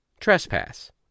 trespass